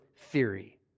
theory